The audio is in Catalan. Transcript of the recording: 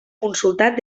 consultat